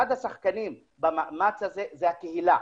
אחד השחקנים במאמץ הזה זה הקהילה,